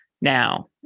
now